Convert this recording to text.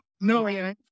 no